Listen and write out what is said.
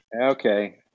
Okay